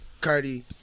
Cardi